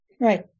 Right